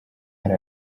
yari